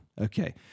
okay